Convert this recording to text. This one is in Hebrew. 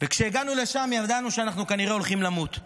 כשהגענו לשם, ידענו שכנראה אנחנו הולכים למות.